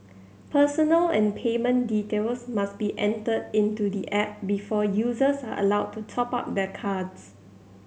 personal and payment details must be entered into the app before users are allowed to top up their cards